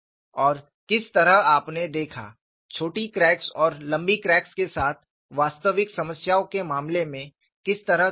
और किस तरह आपने देखा छोटी क्रैक्स और लंबी क्रैक्स के साथ वास्तविक समस्याओं के मामले में किस तरह की तुलना